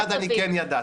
אבל דבר אחד אני כן ידעתי,